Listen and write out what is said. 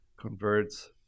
converts